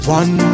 one